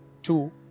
Two